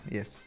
Yes